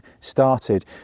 started